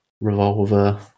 revolver